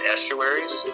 Estuaries